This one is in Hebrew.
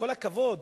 בכל הכבוד,